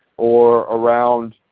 or around